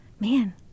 Man